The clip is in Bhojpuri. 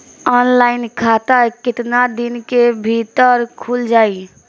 ऑनलाइन खाता केतना दिन के भीतर ख़ुल जाई?